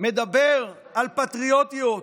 מדבר על פטריוטיות